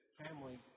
family